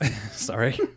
sorry